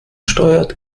steuert